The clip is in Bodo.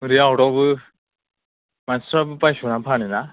ओरै आवदावबो मानसिफ्रा बायस'ना फानोना